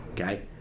Okay